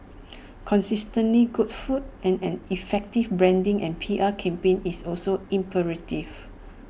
consistently good food and an effective branding and P R campaign is also imperative